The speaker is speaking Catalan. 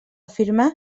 firmar